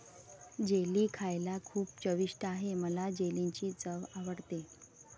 jelly खायला खूप चविष्ट आहे मला जेलीची चव आवडते